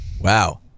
Wow